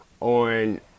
on